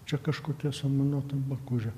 čia kažkokia samanota bakūžė